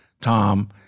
Tom